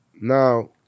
now